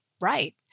right